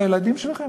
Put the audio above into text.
לילדים שלכם?